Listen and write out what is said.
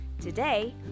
Today